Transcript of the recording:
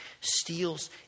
steals